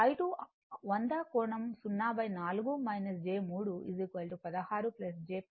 I 2 100 కోణం 0 4 j 3 16 j 12 20 కోణం 36